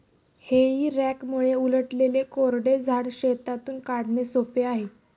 हेई रॅकमुळे उलटलेले कोरडे झाड शेतातून काढणे सोपे आहे